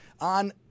on